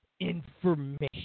information